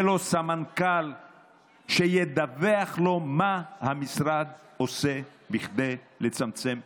סמנכ"ל שידווח לו מה המשרד עושה כדי לצמצם פערים: